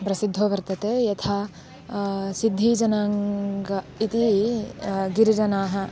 प्रसिद्धो वर्तते यथा सिद्धिजनाङ्गम् इति गिरिजनाः